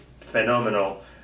phenomenal